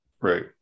right